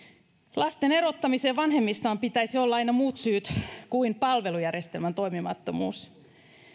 lasten erottamiseen vanhemmistaan pitäisi olla aina muut syyt kuin palvelujärjestelmän toimimattomuus